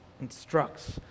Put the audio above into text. instructs